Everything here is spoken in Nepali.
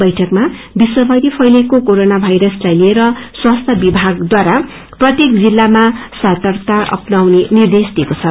बैङ्कमा विश्वमरि फैलिएको कोरोना वायरसलाई लिएर स्वास्थ्य विभागद्वारा श्र्येक जिल्लामा सर्तकता अपनाउने निर्देश दिइएको छ